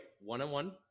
one-on-one